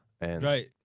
Right